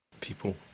people